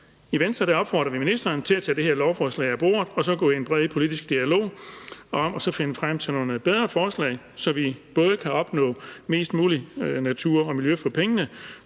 I Venstre opfordrer vi ministeren til at tage det her lovforslag af bordet og så gå ind i en bred politisk dialog om at finde frem til nogle bedre forslag, så vi både kan opnå mest mulig natur og miljø for pengene